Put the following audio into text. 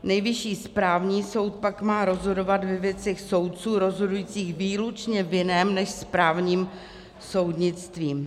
Nejvyšší správní soud pak má rozhodovat ve věcech soudců rozhodujících výlučně v jiném než správním soudnictví.